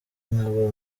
nkaba